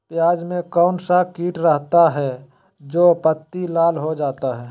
प्याज में कौन सा किट रहता है? जो पत्ती लाल हो जाता हैं